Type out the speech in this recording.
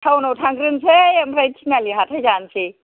town आव थांग्रोनोसै ओमफ्राय तिनालि हाथाय जानोसै